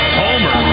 homer